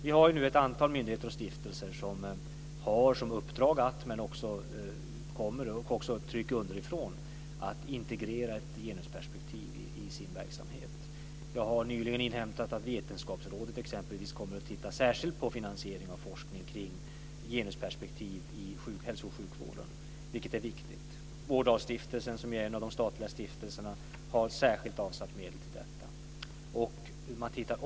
Vi har nu ett antal myndigheter och stiftelser som har som uppdrag, och det kommer också ett tryck underifrån om detta, att integrera ett genusperspektiv i sin verksamhet. Jag har nyligen inhämtat att Vetenskapsrådet exempelvis kommer att titta särskilt på finansiering av forskning kring genusperspektiv i hälso och sjukvården, och det är viktigt. Vårdalstiftelsen, som ju är en av de statliga stiftelserna, har särskilt avsatta medel för detta.